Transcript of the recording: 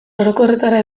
orokorretara